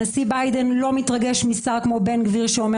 הנשיא ביידן לא מתרגש משר כמו בן גביר שאומר